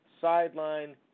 Sideline